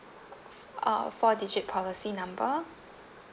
uh four digit policy number